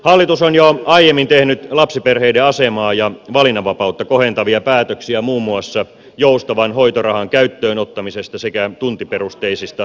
hallitus on jo aiemmin tehnyt lapsiperheiden asemaa ja valinnanvapautta kohentavia päätöksiä muun muassa joustavan hoitorahan käyttöönottamisesta sekä tuntiperusteisista päivähoitomaksuista